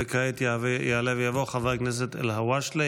וכעת יעלה ויבוא חבר הכנסת אלהואשלה,